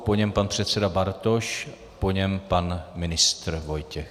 Po něm pan předseda Bartoš, po něm pan ministr Vojtěch.